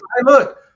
look